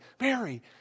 Mary